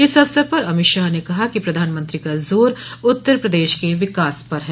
इस अवसर पर अमित शाह ने कहा कि प्रधानमंत्री का जोर उत्तर प्रदेश के विकास पर है